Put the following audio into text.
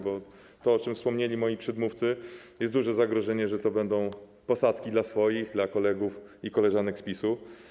Bo, o czym wspomnieli moi przedmówcy, jest duże zagrożenie, że to będą posadki dla swoich, dla kolegów i koleżanek z PiS-u.